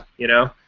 you know?